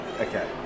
Okay